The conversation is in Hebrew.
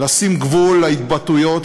לשים גבול להתבטאויות,